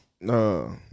No